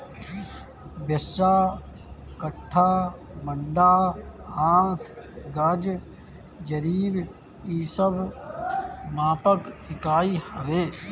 बिस्सा, कट्ठा, मंडा, हाथ, गज, जरीब इ सब मापक इकाई हवे